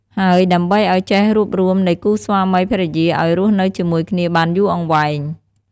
ហើយដើម្បីអោយចេះរួបរួមនៃគូស្វាមីភរិយាឲ្យរស់នៅជាមួយគ្នាបានយូរអង្វែង។